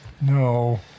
No